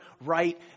right